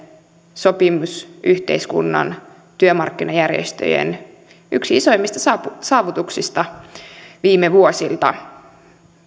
sopimusyhteiskunnan työmarkkinajärjestöjen yksi isoimmista saavutuksista viime vuosilta